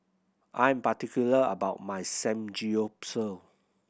I'm particular about my Samgeyopsal